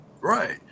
Right